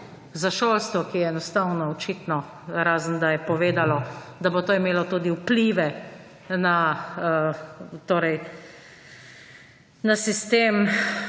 za šolstvo, ki je enostavno očitno, razen da je povedalo, da bo to imelo tudi vplive na sistem